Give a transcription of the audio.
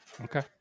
Okay